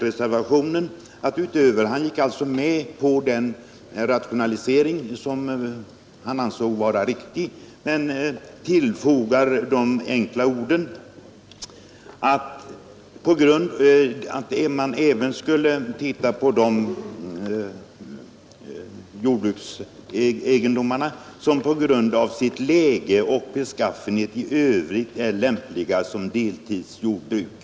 Waldemar Svensson gick alltså med på den rationalisering han ansåg riktig men tillfogade de enkla orden att man även skulle se på de jordbruksegendomar, som på grund av sitt läge och sin beskaffenhet i övrigt är lämpliga som deltidsjordbruk.